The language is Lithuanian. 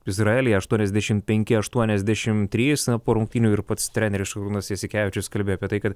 izraelyje aštuoniasdešim penki aštuoniasdešim trys po rungtynių ir pats treneris šarūnas jasikevičius kalbėjo apie tai kad